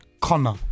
Connor